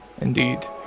Indeed